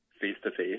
face-to-face